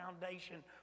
foundation